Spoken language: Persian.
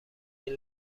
این